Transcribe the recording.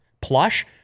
Plush